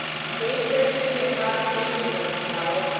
in case there should be a proclamation out to-morrow,